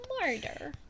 Murder